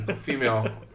Female